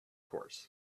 course